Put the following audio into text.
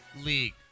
league